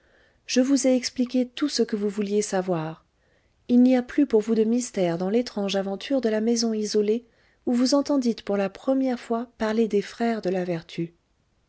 je vous ai expliqué tout ce que vous vouliez savoir il n'y a plus pour vous de mystère dans l'étrange aventure de la maison isolée où vous entendîtes pour la première fois parler des frères de la vertu